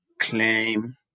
claim